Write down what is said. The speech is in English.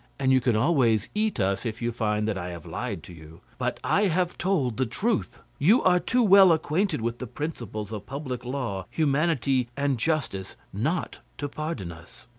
and you can always eat us if you find that i have lied to you. but i have told you the truth. you are too well acquainted with the principles of public law, humanity, and justice not to pardon us.